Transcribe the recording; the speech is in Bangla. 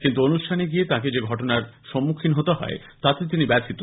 কিন্তু অনুষ্ঠানে গিয়ে তাঁকে যে ঘটনার মুখোমুখি হতে হয় তাতে তিনি ব্যাথিত